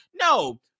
No